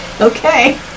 Okay